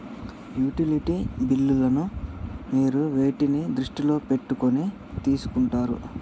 Utility బిల్లులను మీరు వేటిని దృష్టిలో పెట్టుకొని తీసుకుంటారు?